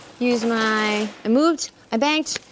use my, i moved, i banked,